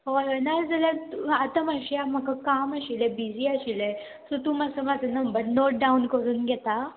हय हय ना जाल्यार तूं आतां मातशें म्हाका काम आशिल्लें बिजी आशिल्लें सो तूं मातसो म्हाजो नंबर नोट डावन करून घेता